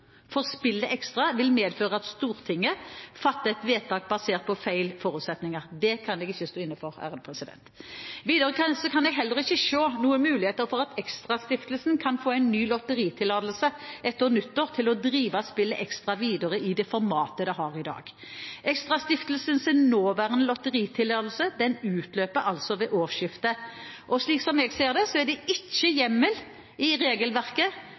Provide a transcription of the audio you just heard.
for spillet Extra vil medføre at Stortinget fatter et vedtak basert på feil forutsetninger. Det kan jeg ikke stå inne for. Videre kan jeg heller ikke se noen mulighet for at ExtraStiftelsen kan få en ny lotteritillatelse etter nyttår til å drive spillet Extra videre i det formatet det har i dag. ExtraStiftelsens nåværende lotteritillatelse utløper ved årsskiftet. Slik jeg ser det, er det ikke hjemmel i regelverket